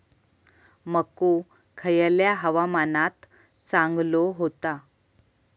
मको खयल्या हवामानात चांगलो होता?